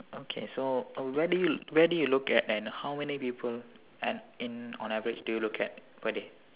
okay so uh where do you where do you look at and how many people and in on average do you look at per day